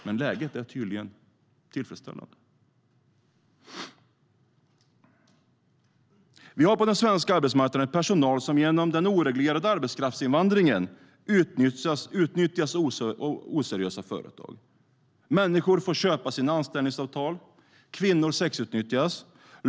Men läget är tydligen tillfredsställande. Vi har på den svenska arbetsmarknaden personal som med hjälp av den oreglerade arbetskraftsinvandringen utnyttjas av oseriösa företag. Människor får köpa sina anställningsavtal. Kvinnor sexutnyttjas.